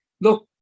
Look